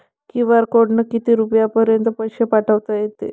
QR कोडनं किती रुपयापर्यंत पैसे पाठोता येते?